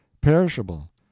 perishable